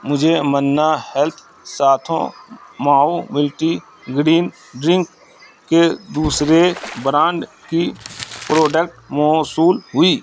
مجھے Manna health Sathu Maavu multi grain drink کے دوسرے برانڈ کی پروڈکٹ موصول ہوئی